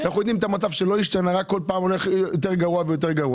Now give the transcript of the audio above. אנחנו יודעים שהמצב לא השתנה אלא כל פעם נעשה גרוע יותר ויותר.